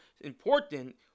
important